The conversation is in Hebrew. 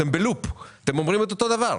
אתם בלופ, אתם אומרים את אותו הדבר.